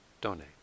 donate